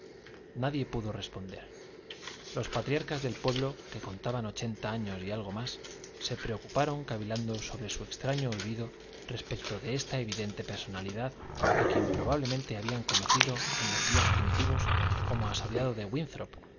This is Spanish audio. nadie pudo responder los patriarcas del pueblo que contaban ochenta años y algo más se preocuparon cavilando sobre su extraño olvido respecto de esta evidente personalidad a quien probablemente habían conocido en los días primitivos como asociado de